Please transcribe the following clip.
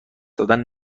دادن